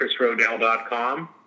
chrisrodell.com